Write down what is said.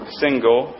single